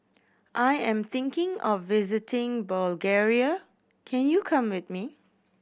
I am thinking of visiting Bulgaria can you come with me